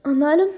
എന്നാലും